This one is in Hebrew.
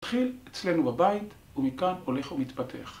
התחיל אצלנו בבית ומכאן הולך ומתפתח